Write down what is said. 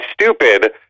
stupid